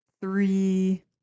three